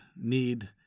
need